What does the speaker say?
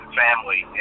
family